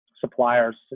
suppliers